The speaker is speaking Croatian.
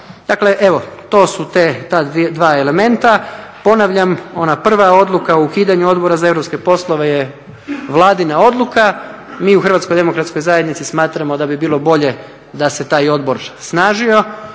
Dakle evo to su te, ta dva elementa. Ponavljam, ona prva odluka o ukidanju Odbora za europske poslove je Vladina odluka. Mi u Hrvatskoj demokratskoj zajednici smatramo da bi bilo bolje da se taj odbor snažio,